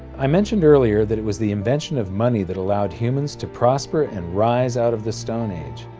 i mentioned earlier that it was the invention of money that allowed humans to prosper and rise out of the stone age,